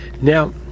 Now